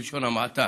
בלשון המעטה.